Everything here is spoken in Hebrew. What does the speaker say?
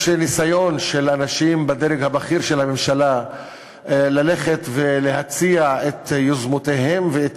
יש ניסיון של אנשים בדרג הבכיר של הממשלה ללכת ולהציע את יוזמותיהם ואת